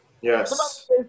yes